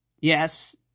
Yes